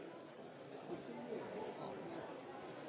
hun